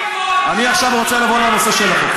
אני רוצה לעבור לנושא של החוק.